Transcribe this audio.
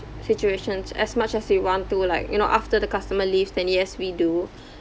situations as much as you want to like you know after the customer leaves then yes we do